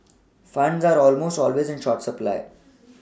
funds are almost always in short supply